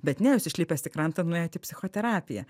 bet ne jūs išlipęs į krantą nuėjot į psichoterapiją